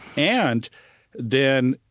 and then,